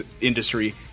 industry